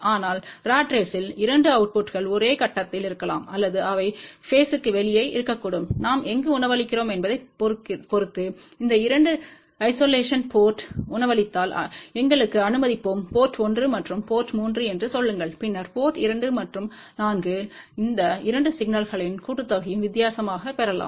ஆனால் ராட் ரேஸ்த்தில் 2 அவுட்புட்கள் ஒரே கட்டத்தில் இருக்கலாம் அல்லது அவை பேஸ் ற்கு வெளியே இருக்கக்கூடும் நாம் எங்கு உணவளிக்கிறோம் என்பதைப் பொறுத்து அந்த 2 ஐசோலேஷன் போர்ட்ங்களில் உணவளித்தால் எங்களுக்கு அனுமதிப்போம் போர்ட் 1 மற்றும் போர்ட் 3 என்று சொல்லுங்கள் பின்னர் போர்ட் 2 மற்றும் 4 இல் அந்த 2 சிக்னல்களின் கூட்டுத்தொகையும் வித்தியாசமும் பெறலாம்